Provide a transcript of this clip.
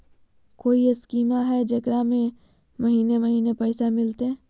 कोइ स्कीमा हय, जेकरा में महीने महीने पैसा मिलते?